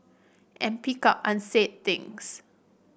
and pick up unsaid things